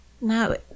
No